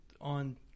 on